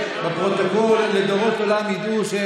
אדוני היושב-ראש,